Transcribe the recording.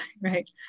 Right